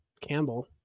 Campbell